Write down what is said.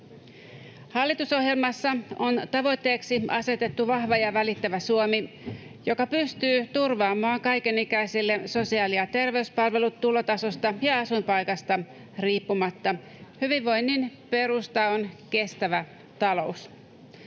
Hallitusohjelmassa on tavoitteeksi asetettu vahva ja välittävä Suomi, joka pystyy turvaamaan kaiken ikäisille sosiaali- ja terveyspalvelut tulotasosta ja asuinpaikasta riippumatta. Hyvinvoinnin perusta on kestävä talous.